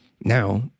now